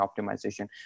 optimization